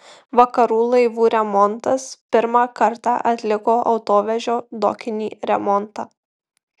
vakarų laivų remontas pirmą kartą atliko autovežio dokinį remontą